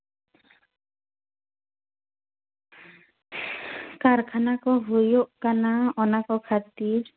ᱠᱟᱨᱠᱷᱟᱱᱟ ᱠᱚ ᱦᱩᱭᱩᱜ ᱠᱟᱱᱟ ᱚᱱᱟ ᱠᱚ ᱠᱷᱟᱹᱛᱤᱨ